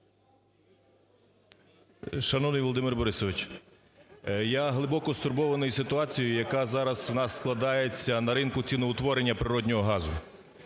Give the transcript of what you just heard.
Шановний Володимир Борисович! Я глибоко стурбований ситуацією, яка зараз у нас складається на ринку ціноутворення природного газу.